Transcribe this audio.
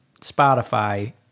Spotify